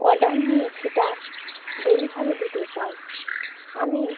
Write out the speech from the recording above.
order নিয়ে সেটা delivery দিতে চাই আমি